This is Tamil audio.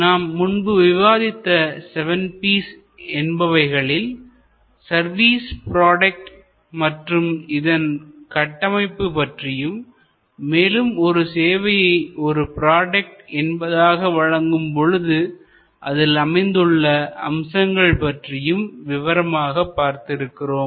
நாம் முன்பு விவாதித்த செவன் P's seven P's என்பவைகளில் சர்வீஸ் ப்ராடக்ட்மற்றும் இதன் கட்டமைப்பு பற்றியும் மேலும் ஒரு சேவையை ஒரு ப்ராடக்ட் என்பதாக வழங்கும் பொழுது அதில் அமைந்துள்ள அம்சங்கள் பற்றியும் விவரமாக பார்த்திருக்கிறோம்